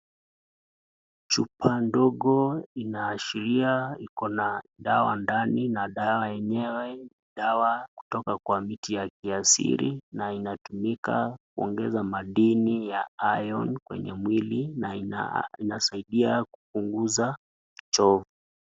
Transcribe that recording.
Chupa ndogo inaashiria kuna dawa ndani na enyewe ni dawa kutoka kwa mti ya kiasiri, na inatumika kuongeza madini ya iron na inasaidia kupunguza choo.